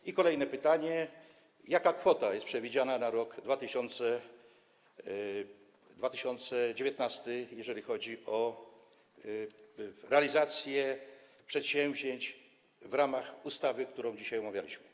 I kolejne pytanie: Jaka kwota jest przewidziana na rok 2019, jeżeli chodzi o realizację przedsięwzięć w ramach ustawy, którą dzisiaj omawialiśmy?